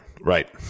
Right